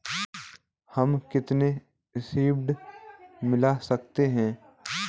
हमें कितना ऋण मिल सकता है?